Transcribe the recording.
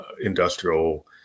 industrial